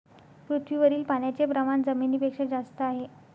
पृथ्वीवरील पाण्याचे प्रमाण जमिनीपेक्षा जास्त आहे